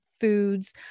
foods